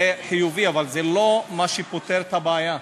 זה חיובי, אבל זה לא מה שפותר את הבעיה.